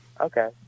Okay